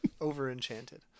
over-enchanted